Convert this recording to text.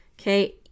Okay